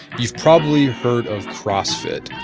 you've probably heard of crossfit.